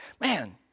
man